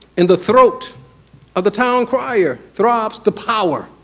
in the throat of the town crier throbs the power.